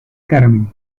carmen